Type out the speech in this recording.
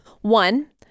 One